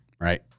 right